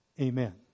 Amen